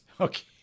okay